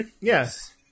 Yes